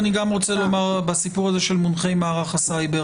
אני גם רוצה לומר משהו על הסיפור הזה של מונחי מערך הסייבר.